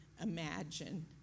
imagine